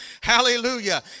hallelujah